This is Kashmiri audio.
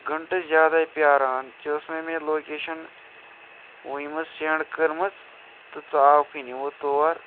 گھنٛٹہٕ زیادَے پیٛاران ژےٚ ٲس مَے مےٚ لوکیشَن وٕنۍ مےٚ سٮ۪نٛڈ کٔرمٕژ تہٕ ژٕ آوکھٕے نہٕ تور